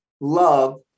love